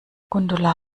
gundula